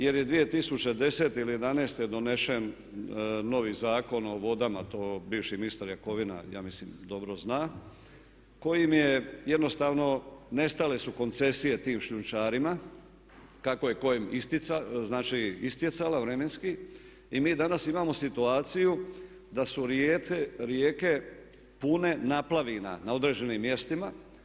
Jer je 2010. ili 2011. donesen novi Zakon o vodama, to bivši ministar Jakovina ja mislim dobro zna, kojim je jednostavno nestale su koncesije tim šljunčarima kako je kojem istjecala vremenski i mi danas imamo situaciju da su rijeke pune naplavina na određenim mjestima.